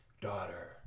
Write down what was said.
Daughter